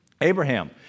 Abraham